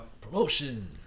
Promotion